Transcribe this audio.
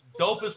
Dopest